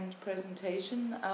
presentation